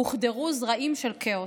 הוחדרו זרעים של כאוס,